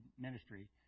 ministry